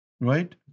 Right